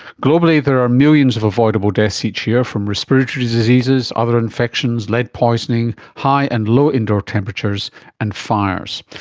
globally there are millions of avoidable deaths each year from respiratory diseases, other infections, lead poisoning, high and low indoor temperatures and fires.